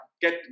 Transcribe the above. get